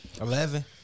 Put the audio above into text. Eleven